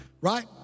right